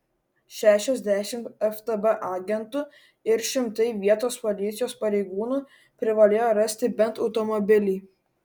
šešiasdešimt ftb agentų ir šimtai vietos policijos pareigūnų privalėjo rasti bent automobilį